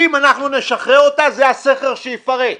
אם אנחנו נשחרר אותה, זה הסכר שייפרץ.